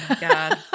God